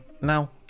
Now